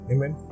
Amen